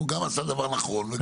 הוא גם עשה דבר נכון.